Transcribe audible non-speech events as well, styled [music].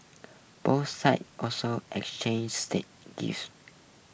both sides also exchanged say [unintelligible]